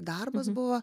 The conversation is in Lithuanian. darbas buvo